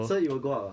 so it will go up ah